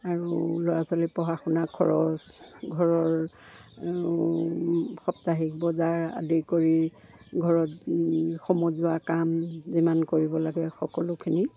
আৰু ল'ৰা ছোৱালী পঢ়া শুনা খৰচ ঘৰৰ সাপ্তাহিক বজাৰ আদি কৰি ঘৰত সমজুৱা কাম যিমান কৰিব লাগে সকলোখিনি